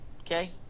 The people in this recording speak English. okay